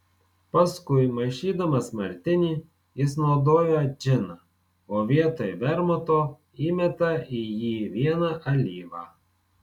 paskui maišydamas martinį jis naudoja džiną o vietoj vermuto įmeta į jį vieną alyvą